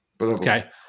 Okay